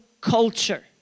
culture